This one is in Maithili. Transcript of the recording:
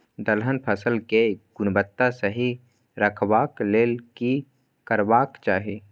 दलहन फसल केय गुणवत्ता सही रखवाक लेल की करबाक चाहि?